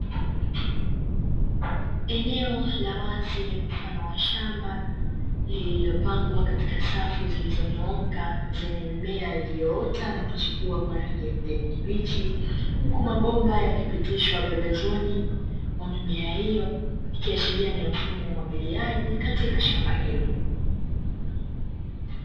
Eneo la wazi mfano wa shamba lililopangwa katika safu zilizonyooka zenye mimea iliyoota na kuchipua kwa rangi ya kijani kibichi, huku mabomba yakipitishwa pembezoni mwa mimea hiyo, ikiashiria ni mfumo wa umwagiliaji katika shamba hilo.